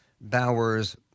Bowers